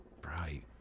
Bright